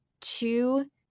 two